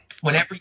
Whenever